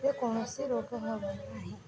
ରେ କୌଣସି ରୋଗ ହେବ ନାହିଁ